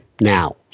now